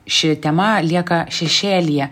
ši tema lieka šešėlyje